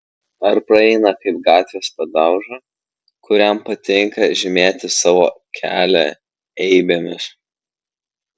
ar praeina kaip gatvės padauža kuriam patinka žymėti savo kelią eibėmis